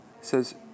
says